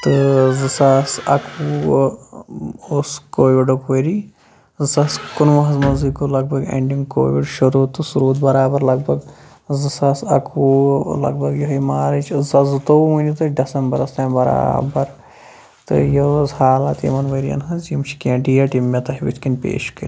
تہٕ زٕ ساس اَکوُہ اوس کووِڈُک ؤری زٕ ساس کُنوُہَس منٛزٕے گوٚو لگ بگ اٮ۪نٛڈِنٛگ کووِڈ شُروع تہٕ سُہ روٗد برابر لگ بگ زٕ ساس اَکوُہ لگ بگ یِہَے مارٕچ زٕ ساس زٕتووُہ ؤنِو تُہۍ ڈٮ۪سَمبَرَس تانۍ بَرابَر تہٕ یہِ ٲس حالَت یِمَن ؤریَن ہٕنٛز یِم چھِ کینٛہہ ڈیٹ یِم مےٚ تۄہہِ وٕتھۍ کِنۍ پیش کٔرِتھ